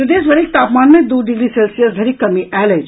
प्रदेश भरिक तापमान मे दू डिग्री सेल्सियस धरिक कमी आयल अछि